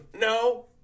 No